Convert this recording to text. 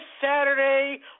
Saturday